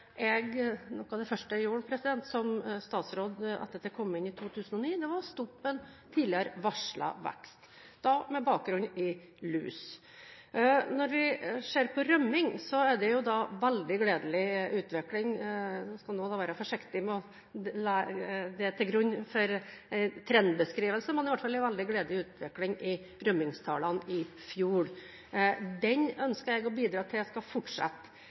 noe av det første jeg gjorde som statsråd, etter at jeg kom inn i 2009, var å stoppe en tidligere varslet vekst – da med bakgrunn i lus. Når vi ser på rømming – vi skal være forsiktige med å legge det til grunn for en trendbeskrivelse – er det hvert fall en veldig gledelig utvikling i rømmingstallene fra i fjor. Den ønsker jeg å bidra til at skal fortsette.